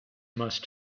must